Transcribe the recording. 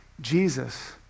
Jesus